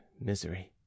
misery